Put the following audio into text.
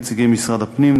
נציגי משרד הפנים,